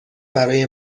برای